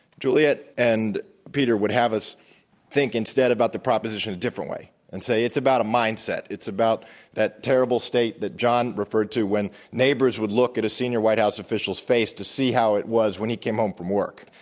juliette and peter would have us think instead about the proposition in a different way, and say, it's about a mindset. it's about that terrible state when john referred to when neighbors would look at a senior white house official's face to see how it was when he came home from work.